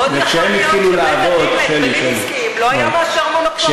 ומאוד יכול להיות שבית-הדין להגבלים עסקיים לא היה מאשר מונופול.